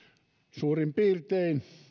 suurin piirtein